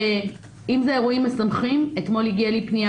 גם אירועים משמחים אתמול הגיעה אליי פנייה